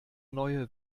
neue